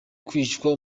kwicwa